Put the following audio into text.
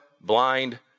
blind